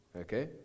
okay